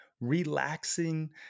relaxing